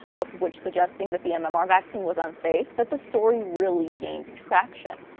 both of which suggesting that the um mmr vaccine was unsafe, that the story really gained traction.